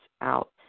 out